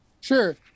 Sure